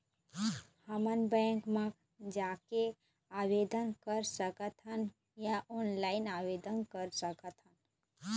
हमन बैंक मा जाके आवेदन कर सकथन या ऑनलाइन आवेदन कर सकथन?